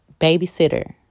babysitter